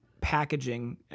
packaging